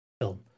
film